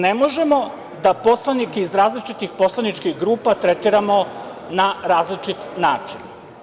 Ne možemo da poslanike iz različitih poslaničkih grupa tretiramo na različit način.